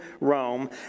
Rome